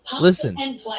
listen